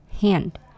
hand